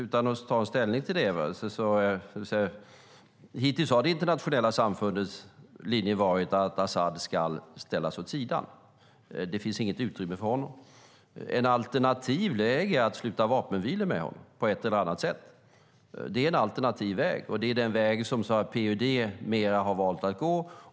Utan att ta ställning till det kan jag säga att hittills har det internationella samfundets linje varit att al-Asad ska ställas åt sidan. Det finns inget utrymme för honom. Ett alternativ är att sluta vapenvila med honom på ett eller annat sätt. Det är en alternativ väg. Det är den väg som PYD mer har valt att gå.